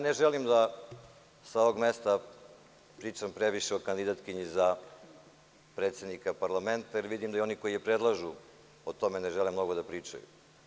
Ne želimsa ovog mesta previše da pričam o kandidatkinji za predsednika parlamenta, jer vidim da i oni koji je predlažu o tome ne žele mnogo da pričaju.